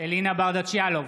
אלינה ברדץ' יאלוב,